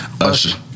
Usher